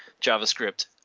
JavaScript